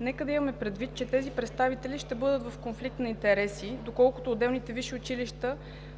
нека да имаме предвид, че тези представители ще бъдат в конфликт на интереси, доколкото отделните висши училища